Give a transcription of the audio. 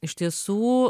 iš tiesų